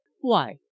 Why